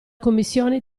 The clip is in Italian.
commissione